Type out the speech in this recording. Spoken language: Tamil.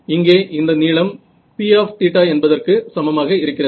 இங்கே இந்த நீளம் Pθ என்பதற்கு சமமாக இருக்கிறது